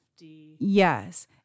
Yes